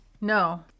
No